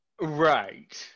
right